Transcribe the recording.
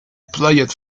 played